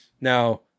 now